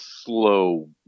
slow